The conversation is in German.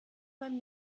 beim